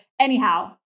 Anyhow